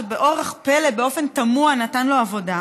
שבאורח פלא ובאופן תמוה נתן לו עבודה,